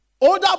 older